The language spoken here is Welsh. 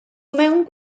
mewn